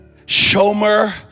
Shomer